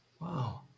Wow